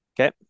Okay